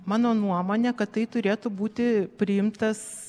mano nuomonė kad tai turėtų būti priimtas